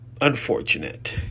unfortunate